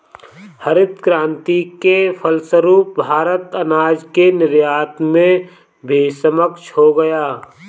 हरित क्रांति के फलस्वरूप भारत अनाज के निर्यात में भी सक्षम हो गया